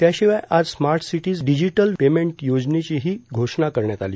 त्याशिवाय आज smart cities digital payment योजनेचीही घोषणा करण्यात आली